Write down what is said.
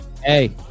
Hey